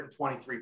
123